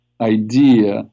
idea